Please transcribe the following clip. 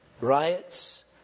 riots